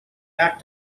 act